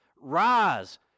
rise